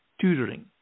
Tutoring